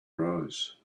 rose